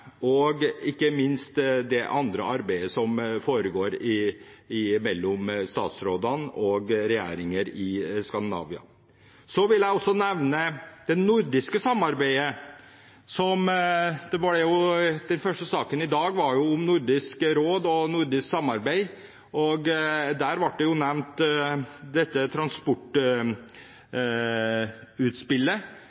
og ikke minst det andre arbeidet som foregår mellom statsråder og regjeringer i Skandinavia. Så vil jeg også nevne det nordiske samarbeidet. Den første saken i dag var jo om Nordisk råd og nordisk samarbeid, og der ble dette transportutspillet nevnt, som også peker klart mot at dette